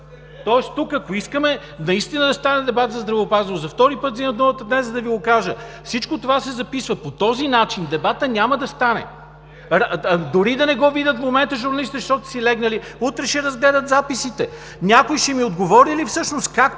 Тоест ако искаме наистина да стане дебат за здравеопазването, за втори път взимам думата днес, за да Ви го кажа: всичко това се записва. По този начин дебатът няма да стане. Дори и да не го видят в момента журналистите, защото са си легнали, утре ще разгледат записите. Някой ще ми отговори ли всъщност как